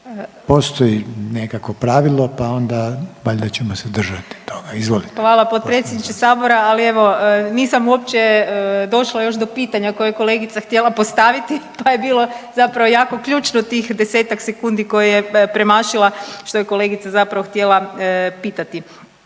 Postoji nekakvo pravilo, pa onda valjda ćemo se držati toga. Izvolite. **Marić, Andreja (SDP)** Hvala potpredsjedniče Sabora, ali evo nisam uopće došla još do pitanja kojeg je kolegica htjela postaviti pa je bilo zapravo jako ključno tih desetak sekundi koje je premašila što je kolegica zapravo htjela pitati.